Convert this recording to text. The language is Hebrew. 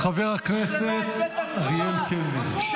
חבר הכנסת אריאל קלנר, בבקשה.